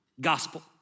gospel